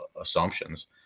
assumptions